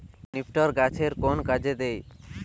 নিপটর গাছের কোন কাজে দেয়?